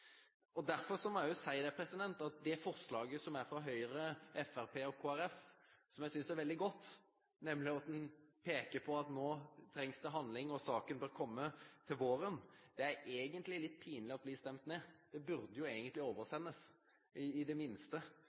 Derfor må jeg si at det egentlig er litt pinlig at forslaget fra Høyre, Fremskrittspartiet og Kristelig Folkeparti, som jeg synes er veldig godt – der en peker på at nå trengs det handling, og at saken bør komme til våren – blir stemt ned. Det burde jo egentlig oversendes – i det minste